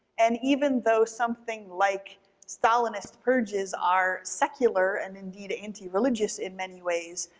and even though something like stalinist purges are secular and indeed antireligious in many ways,